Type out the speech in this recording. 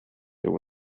there